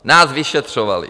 Nás vyšetřovali.